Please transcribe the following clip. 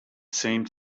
seemed